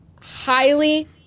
highly